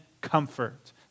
comfort